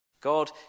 God